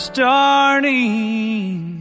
Starting